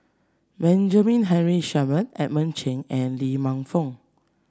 Benjamin Henry Sheare Men Edmund Cheng and Lee Man Fong